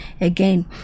again